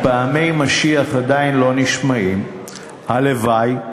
על מי אתה עובד?